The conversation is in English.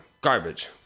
Garbage